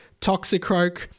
Toxicroak